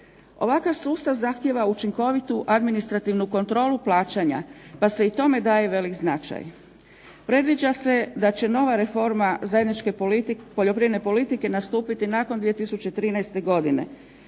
Ovakav sustav zahtijeva učinkovitu administrativnu kontrolu plaćanja pa se i tome daje velik značaj. Predviđa se da će nova reforma zajedničke poljoprivredne politike nastupiti nakon 2013. godine.